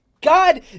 God